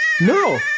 No